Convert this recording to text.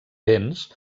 béns